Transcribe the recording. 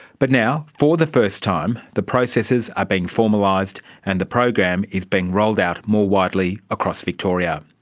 but now, for the first time, the processes are being formalised and the program is being rolled out more widely across victoria.